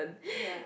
ya